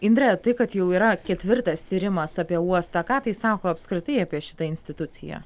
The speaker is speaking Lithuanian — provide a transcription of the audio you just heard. indre tai kad jau yra ketvirtas tyrimas apie uostą ką tai sako apskritai apie šitą instituciją